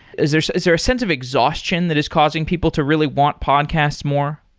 is there so is there a sense of exhaustion that is causing people to really want podcasts more?